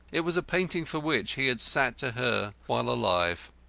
it was a painting for which he had sat to her while alive,